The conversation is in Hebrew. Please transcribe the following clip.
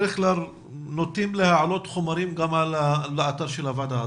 אנחנו בדרך כלל נוטים להעלות חומרים גם לאתר הוועדה,